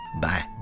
bye